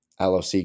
LOC